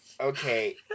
Okay